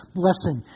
blessing